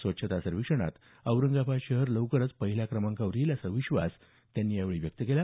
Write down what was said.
स्वच्छता सर्वेक्षणात औरंगाबाद शहर लवकरच पहिल्या क्रमांकावर येईल असा विश्वास त्यांनी व्यक्त केला